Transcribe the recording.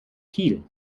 kiel